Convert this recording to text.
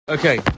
Okay